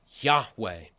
Yahweh